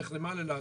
דרך נמל אילת,